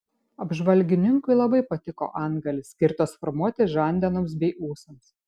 apžvalgininkui labai patiko antgalis skirtas formuoti žandenoms bei ūsams